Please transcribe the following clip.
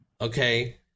Okay